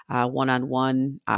one-on-one